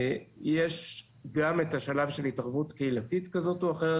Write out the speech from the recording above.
גם את השלב של התערבות קהילתית כזו או אחרת,